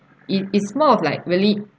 it it's more of like really